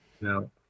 no